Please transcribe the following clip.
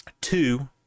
two